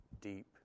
Deep